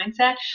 mindset